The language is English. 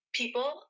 people